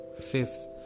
fifth